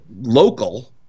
local